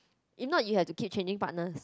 if not you had to keep changing partners